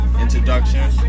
introduction